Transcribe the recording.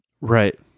right